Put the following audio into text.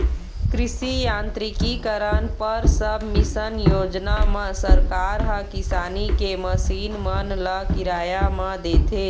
कृषि यांत्रिकीकरन पर सबमिसन योजना म सरकार ह किसानी के मसीन मन ल किराया म देथे